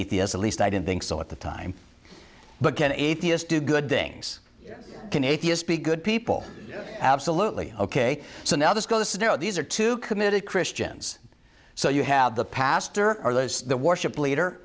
atheist at least i didn't think so at the time but can atheist do good things can atheists be good people absolutely ok so now this go this is no these are two committed christians so you have the pastor or the worship leader